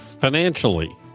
Financially